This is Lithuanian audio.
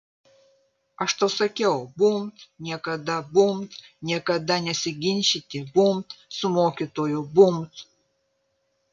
aš tau sakiau bumbt niekada bumbt niekada nesiginčyti bumbt su mokytoju bumbt